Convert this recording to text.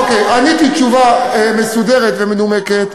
עניתי תשובה מסודרת ומנומקת.